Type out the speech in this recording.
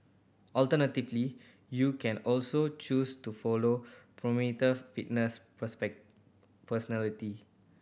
alternatively you can also choose to follow prominent fitness personality